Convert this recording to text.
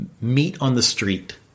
meet-on-the-street